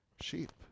sheep